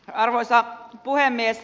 arvoisa puhemies